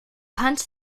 punt